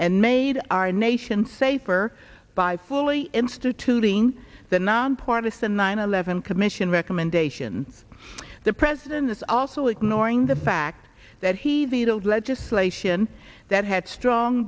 and made our nation safer by fully instituting the nonpartisan nine eleven commission recommendation the president is also ignoring the fact that he the legislation that had strong